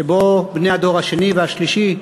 שבו בני הדור השני והשלישי רושמים,